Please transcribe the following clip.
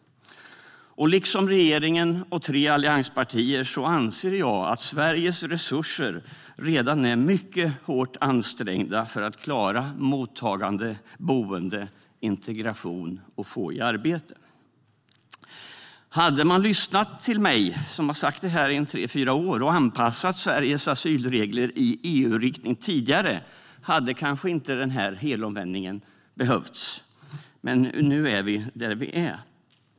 Liksom regeringen och tre allianspartier anser jag att Sveriges resurser redan är mycket hårt ansträngda för att klara mottagande, boende, integration och att få i arbete. Hade man lyssnat till mig, som har sagt detta i tre fyra år, och anpassat Sveriges asylregler i EU-riktning tidigare hade kanske inte denna helomvändning behövts. Men nu är vi där vi är.